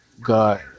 God